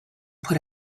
put